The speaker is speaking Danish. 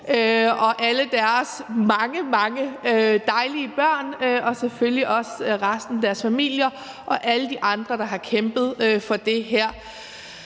og alle deres mange, mange dejlige børn og selvfølgelig også resten af deres familier og alle de andre, der har kæmpet for det her.